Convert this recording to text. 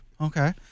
okay